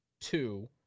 Two